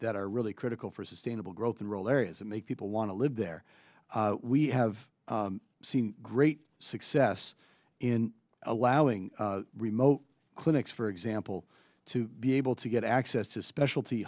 that are really critical for sustainable growth in rural areas and make people want to live there we have seen great success in allowing remote clinics for example to be able to get access to specialty